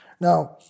Now